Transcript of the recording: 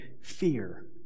fear